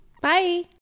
bye